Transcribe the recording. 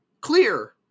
Clear